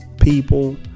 people